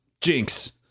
Jinx